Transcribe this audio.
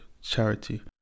charity